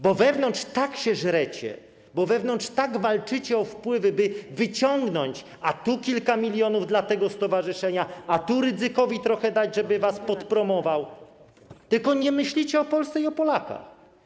Bo wewnątrz się żrecie, bo wewnątrz walczycie o wpływy, by wyciągnąć po kilka milionów: a to dla tego stowarzyszenia, a to Rydzykowi trochę dać, żeby was podpromował, tylko nie myślicie o Polsce i o Polakach.